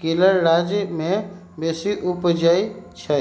केरल राज्य में बेशी उपजै छइ